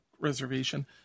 Reservation